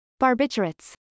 Barbiturates